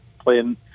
playing